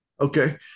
okay